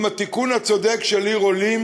עם התיקון הצודק של עניין עיר עולים,